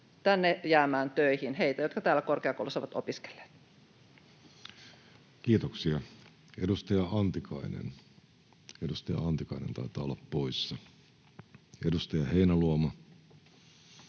tänne jäämään töihin heitä, jotka täällä korkeakoulussa ovat opiskelleet. Kiitoksia. — Edustaja Antikainen taitaa olla poissa. Myös edustaja Heinäluoma